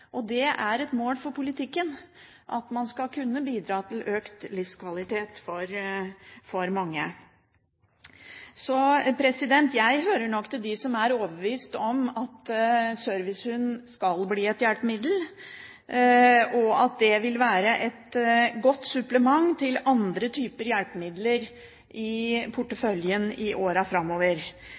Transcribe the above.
Og det er et mål for politikken at man skal kunne bidra til økt livskvalitet for mange. Jeg hører nok til dem som er overbevist om at servicehund skal bli et hjelpemiddel, og at det vil være et godt supplement til andre typer hjelpemidler i porteføljen i årene framover